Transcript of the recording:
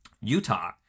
Utah